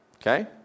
Okay